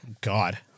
God